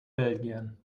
belgien